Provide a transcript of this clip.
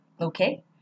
okay